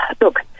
Look